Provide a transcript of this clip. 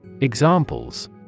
Examples